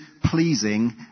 pleasing